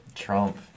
Trump